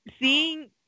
seeing